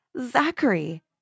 Zachary